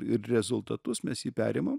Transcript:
ir rezultatus mes jį perimam